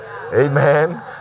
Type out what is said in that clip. Amen